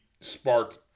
sparked